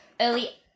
early